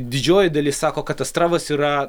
didžioji dalis sako kad astravas yra